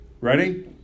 Ready